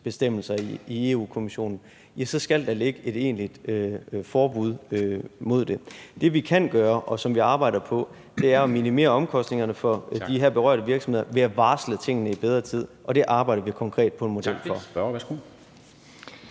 fra Europa-Kommissionen, så skal der ligge et egentligt forbud mod det. Det, vi kan gøre, og som vi arbejder på, er at minimere omkostningerne for de her berørte virksomheder ved at varsle tingene i bedre tid, og det arbejder vi konkret på en model for.